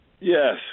Yes